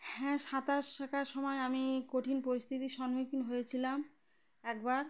হ্যাঁ সাঁতার শেখার সময় আমি কঠিন পরিস্থিতির সম্মুখীন হয়েছিলাম একবার